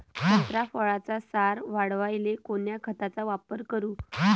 संत्रा फळाचा सार वाढवायले कोन्या खताचा वापर करू?